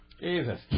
Jesus